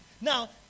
Now